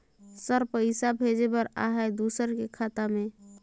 Sir पइसा भेजे बर आहाय दुसर के खाता मे?